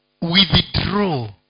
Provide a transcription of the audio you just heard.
withdraw